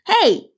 hey